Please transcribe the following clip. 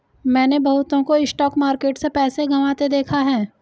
मैंने बहुतों को स्टॉक मार्केट में पैसा गंवाते देखा हैं